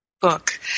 book